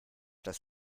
das